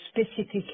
specific